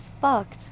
fucked